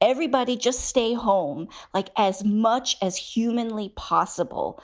everybody just stay home like as much as humanly possible